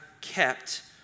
kept